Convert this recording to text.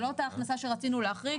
זו לא אותה הכנסה שרצינו להחריג,